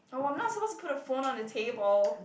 oh I'm not supposed to put the phone on the table